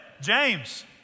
James